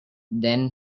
then